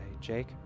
Jake